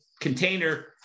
container